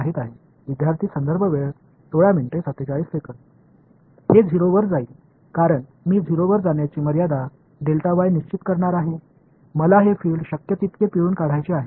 மாணவர் இது 0 க்குச் செல்லப் போகிறது ஏனென்றால் 0 க்குச் செல்லும் வரம்பை நான் எடுக்க போகிறேன் இந்த புலத்தை முடிந்தவரை கசக்கிவிட விரும்புகிறேன் எனவே இங்குள்ள புலங்களுக்கிடையில் ஒரு உறவைப் மேலே மற்றும் கீழே பெறுகிறேன்